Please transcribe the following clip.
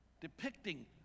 depicting